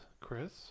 Chris